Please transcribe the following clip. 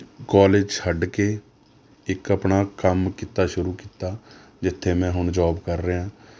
college ਛੱਡ ਕੇ ਇੱਕ ਆਪਣਾ ਕੰਮ ਕਿੱਤਾ ਸ਼ੁਰੂ ਕੀਤਾ ਜਿੱਥੇ ਮੈਂ ਹੁਣ ਜੌਬ ਕਰ ਰਿਹਾਂ